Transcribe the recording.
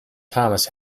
thomas